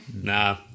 nah